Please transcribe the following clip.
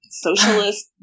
socialist